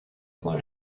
con